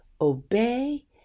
obey